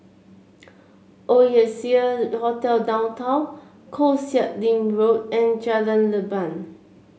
Oasia Hotel Downtown Koh Sek Lim Road and Jalan Leban